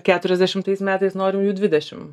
keturiasdešimtais metais norim jų dvidešimt